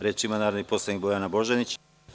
Reč ima narodni poslanik Bojana Božanić.